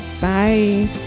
bye